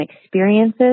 experiences